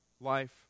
life